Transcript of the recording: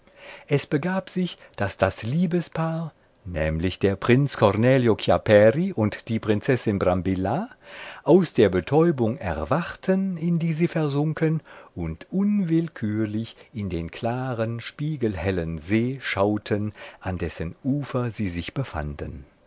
es begab sich daß das liebespaar nämlich der prinz cornelio chiapperi und die prinzessin brambilla aus der betäubung erwachten in die sie versunken und unwillkürlich in den klaren spiegelhellen see schauten an dessen ufer sie sich befanden